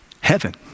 heaven